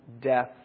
death